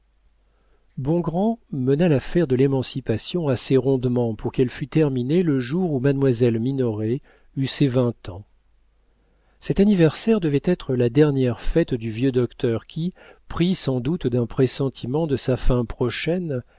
chanceux bongrand mena l'affaire de l'émancipation assez rondement pour qu'elle fût terminée le jour où mademoiselle mirouët eut ses vingt ans cet anniversaire devait être la dernière fête du vieux docteur qui pris sans doute d'un pressentiment de sa fin prochaine